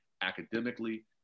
academically